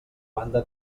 banda